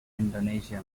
indonesia